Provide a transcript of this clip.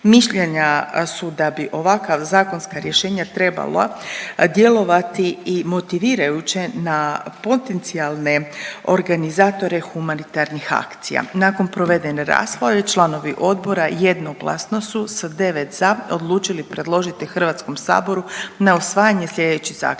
Mišljenja su da bi ovakva zakonska rješenja trebala djelovati i motivirajuće na potencijalne organizatore humanitarnih akcija. Nakon provedene rasprave članovi odbora jednoglasno su sa 9 za odlučiti predložiti HS na usvajanje slijedeći zaključak: